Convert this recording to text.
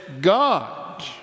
God